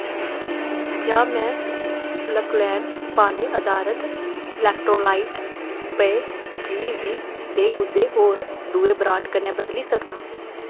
क्या में अल्कलेन पानी अधारत इलेक्ट्रोलाइट पेय गी बीऽ दे कुसै होर दुए ब्रांड कन्नै बदली सकनां